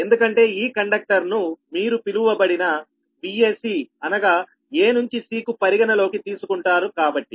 ఎందుకంటే ఈ కండక్టర్ను మీరు పిలువబడిన Vac అనగా a నుంచి c కు పరిగణలోకి తీసుకుంటారు కాబట్టి